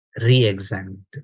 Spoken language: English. re-examined